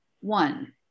one